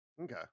Okay